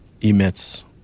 emits